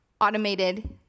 automated